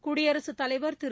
குடியரசுத் தலைவர் திரு